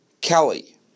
Kelly